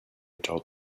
told